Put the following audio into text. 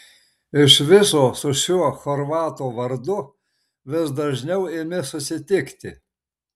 iš viso su šiuo chorvato vardu vis dažniau imi susitikti